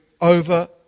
over